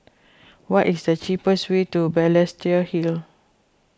what is the cheapest way to Balestier Hill